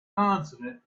consonant